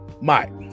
Mike